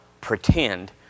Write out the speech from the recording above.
pretend